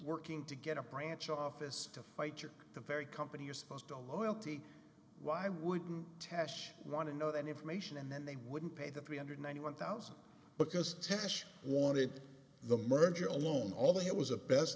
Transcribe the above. working to get a branch office to fight you the very company you're supposed to loyalty why wouldn't tash want to know any information and then they wouldn't pay the three hundred ninety one thousand because tasha wanted the merger alone although it was a best